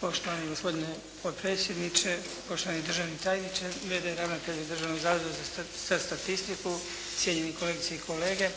Poštovani gospodine potpredsjedniče, poštovani državni tajniče, v.d. ravnatelju Državnog zavoda za statistiku, cijenjeni kolegice i kolege